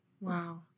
Wow